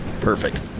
Perfect